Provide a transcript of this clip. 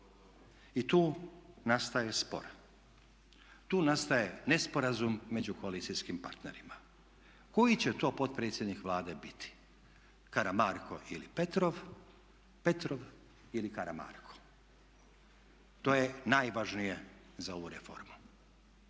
I tu nastaje spor, tu nastaje nesporazum među koalicijskim partnerima. Koji će to potpredsjednik Vlade biti? Karamarko ili Petrov, Petrov ili Karamarko? To je najvažnije za ovu reformu.